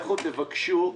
לכו תבקשו,